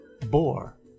boar